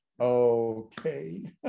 okay